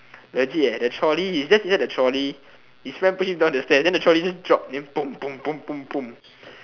legit eh the trolley he just inside the trolley his friend push him down the stairs then the trolley just drop then